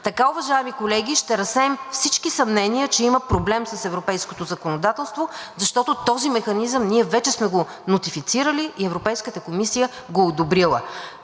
Така, уважаеми колеги, ще разсеем всички съмнения, че има проблем с европейското законодателство, защото този механизъм ние вече сме го нотифицирали и Европейската комисия го е одобрила.